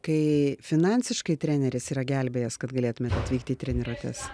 kai finansiškai treneris yra gelbėjęs kad galėtumėt atvykti į treniruotes